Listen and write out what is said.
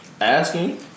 asking